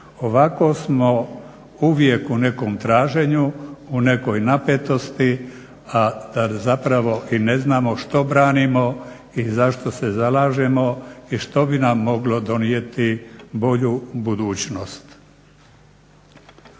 Ovako smo uvijek u nekom traženju, u nekoj napetosti a da zapravo i ne znamo što branimo, i zašto se zalažemo i što bi nam moglo donijeti bolju budućnost.